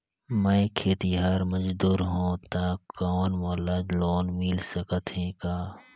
मैं खेतिहर मजदूर हों ता कौन मोला लोन मिल सकत हे का?